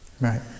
Right